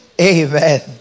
amen